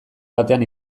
batean